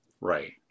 Right